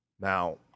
Now